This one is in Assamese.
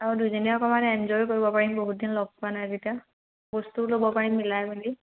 আৰু দুইজনীয়ে অকমান এনজয় কৰিব পাৰিম বহুত দিন লগ পোৱা নাই যেতিয়া বস্তু ল'ব পাৰিম মিলাই মেলি